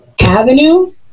avenue